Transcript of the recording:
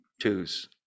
twos